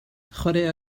chwaraea